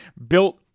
built